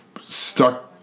stuck